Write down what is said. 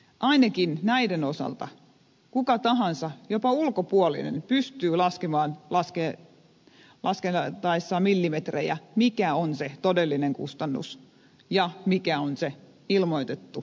ainakin näiden osalta kuka tahansa jopa ulkopuolinen pystyy laskemaan laskiessaan millimetrejä mikä on se todellinen kustannus ja mikä on se ilmoitettu määrä